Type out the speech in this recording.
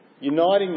Uniting